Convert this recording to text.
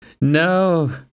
No